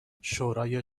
شورای